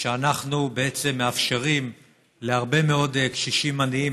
שאנחנו מאפשרים להרבה מאוד קשישים עניים